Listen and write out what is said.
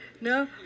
No